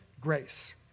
grace